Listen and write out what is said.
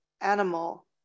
animal